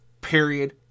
Period